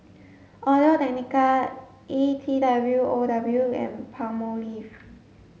Audio Technica E T W O W and Palmolive